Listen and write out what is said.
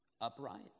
upright